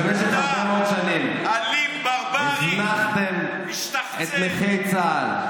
שבמשך הרבה מאוד שנים הזנחתם את נכי צה"ל,